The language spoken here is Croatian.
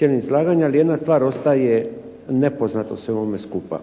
razumije se./… Ali jedna stvar ostaje nepoznata u svemu ovome skupa.